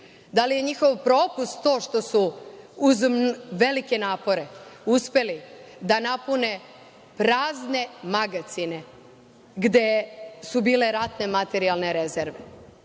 da li je njihov propust to što su uz velike napore uspeli da napune prazne magacine gde su bile ratne materijalne rezerve?